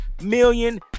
million